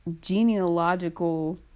Genealogical